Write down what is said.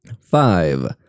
five